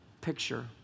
picture